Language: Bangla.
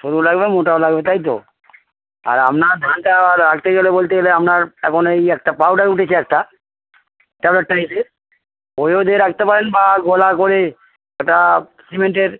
সরু লাগবে মোটাও লাগবে তাই তো আর আপনার ধানটা রাখতে গেলে বলতে গেলে আপনার এখন এই একটা পাউডার উঠেছে একটা ট্যাবলেট টাইপের ওই ও দিয়ে রাখতে পারেন বা গোলা করে একটা সিমেন্টের